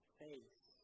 face